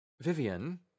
Vivian